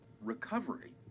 recovery